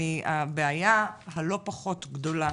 הבעיה הלא פחות גדולה